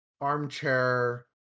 armchair